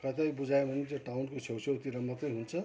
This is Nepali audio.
कतै बुझायो भने चाहिँ टाउनको छेउछेउतिर मात्रै हुन्छ